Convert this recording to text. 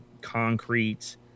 concrete